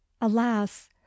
alas